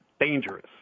dangerous